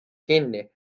kinni